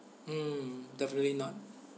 mm definitely not